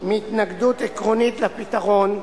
מהתנגדות עקרונית לפתרון,